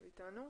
לא שומעים.